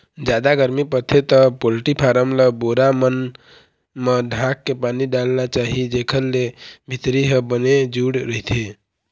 जादा गरमी परथे त पोल्टी फारम ल बोरा मन म ढांक के पानी डालना चाही जेखर ले भीतरी ह बने जूड़ रहिथे